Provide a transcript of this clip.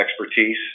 expertise